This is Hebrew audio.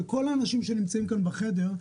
וכל האנשים שנמצאים כאן בחדר,